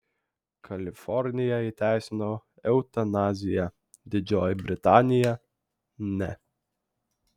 kalifornija įteisino eutanaziją didžioji britanija ne